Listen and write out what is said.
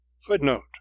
Footnote